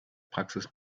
praxis